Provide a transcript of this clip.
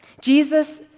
Jesus